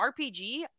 rpg